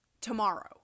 tomorrow